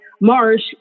Marsh